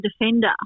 defender